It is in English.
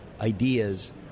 ideas